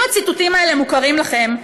אם הציטוטים האלה מוכרים לכם,